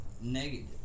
negative